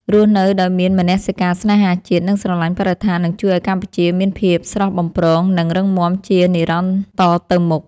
រស់នៅដោយមានមនសិការស្នេហាជាតិនិងស្រឡាញ់បរិស្ថាននឹងជួយឱ្យកម្ពុជាមានភាពស្រស់បំព្រង និង រឹងមាំជានិរន្តរ៍តទៅមុខ។